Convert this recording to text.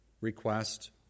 request